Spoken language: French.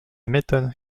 m’étonne